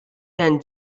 can